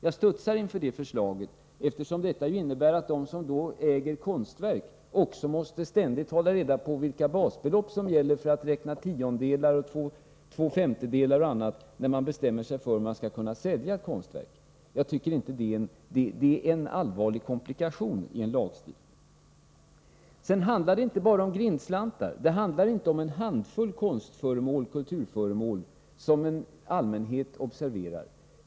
Jag studsar inför det förslaget, eftersom det innebär att de som äger ett konstverk ständigt måste hålla reda på vilket basbelopp som gäller för att kunna räkna en tiondel, två femtedelar och annat när de skall bestämma sig för om de kan sälja konstverket. Detta är en allvarlig komplikation i en lagstiftning. Det handlar inte heller bara om grindslantar. Det handlar inte om en handfull kulturföremål som en allmänhet observerar.